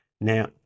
Now